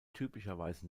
typischerweise